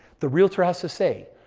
the realtor has to say.